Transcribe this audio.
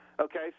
Okay